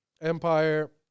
empire